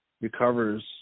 recovers